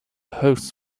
hosts